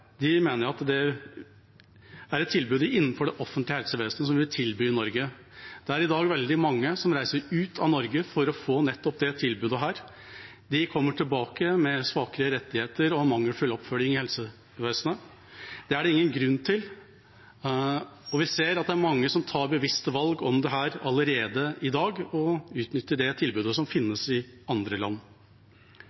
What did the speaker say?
er tilbud vi skulle tilby innenfor det offentlige helsevesenet i Norge. Det er i dag veldig mange som reiser ut av Norge for å få nettopp dette tilbudet. De kommer tilbake med svakere rettigheter og har mangelfull oppfølging i helsevesenet. Det er det ingen grunn til. Vi ser også at det er mange som tar bevisste valg om dette allerede i dag og utnytter det tilbudet som